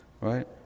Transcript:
right